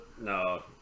No